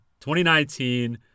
2019